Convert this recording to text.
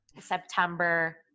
September